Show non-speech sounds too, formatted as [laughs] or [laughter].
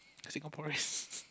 Singaporeans [laughs]